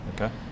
Okay